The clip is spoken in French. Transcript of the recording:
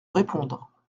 répondre